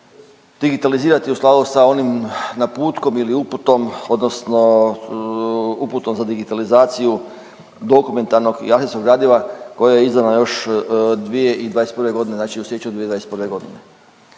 digitalizirati u skladu sa onim naputkom ili uputom odnosno uputom za digitalizaciju dokumentarnog i arhivskog gradiva koja je izdana još 2021. godine, znači u siječnju 2021. godine.